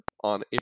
on